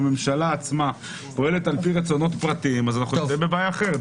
אם הממשלה עצמה פועלת על פי רצונות פרטיים אז אנחנו בבעיה אחרת,